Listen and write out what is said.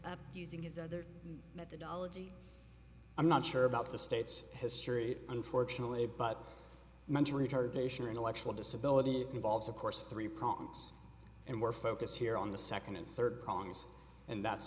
directed using his or their methodology i'm not sure about the state's history unfortunately but mental retardation or intellectual disability involves of course three problems and we're focused here on the second and third prong and that's